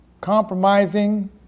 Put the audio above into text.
Compromising